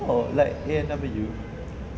oh like A&W